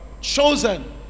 chosen